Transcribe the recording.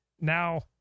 Now